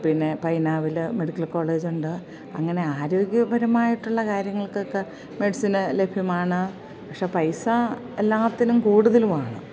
പിന്നെ പൈനാവിൽ മെഡിക്കൽ കോളേജുണ്ട് അങ്ങനെ ആരോഗ്യപരമായിട്ടുള്ള കാര്യങ്ങൾക്കൊക്കെ മെഡിസിന് ലഭ്യമാണ് പക്ഷേ പൈസ എല്ലാത്തിനും കൂടുതലുമാണ്